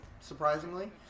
surprisingly